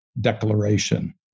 declaration